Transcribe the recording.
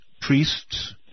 priests